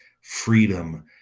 Freedom